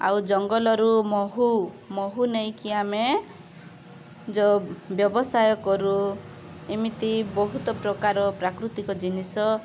ଆଉ ଜଙ୍ଗଲରୁ ମହୁ ମହୁ ନେଇକି ଆମେ ଯୋଉ ବ୍ୟବସାୟ କରୁ ଏମିତି ବହୁତ ପ୍ରକାର ପ୍ରାକୃତିକ ଜିନିଷ